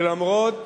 שלמרות